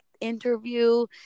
interview